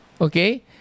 Okay